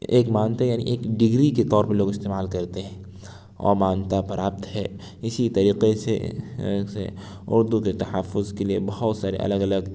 ایک مانتے یعنی ایک ڈگری کے طور پر لوگ استعمال کرتے ہیں اور مانیتا پراپت ہے اسی طریقے سے اردو کے تحفظ کے لیے بہت سارے الگ الگ